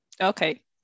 okay